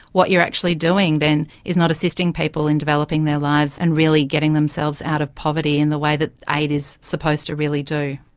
what you're actually doing then is not assisting people in developing their lives and really getting themselves out of poverty in the way that aid is supposed to really do.